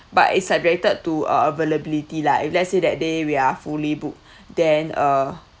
but it's subjected to uh availability lah if let's say that day we are fully booked then uh